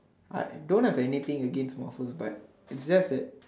I don't have anything against but except that